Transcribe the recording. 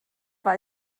war